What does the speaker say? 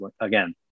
again